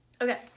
Okay